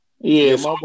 yes